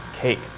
cake